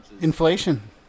Inflation